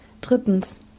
Drittens